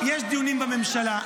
יש דיונים בממשלה.